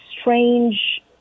strange